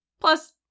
Plus